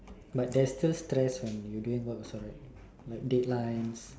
but there's still stress when you doing work also right like deadlines